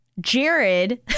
Jared